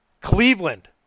Cleveland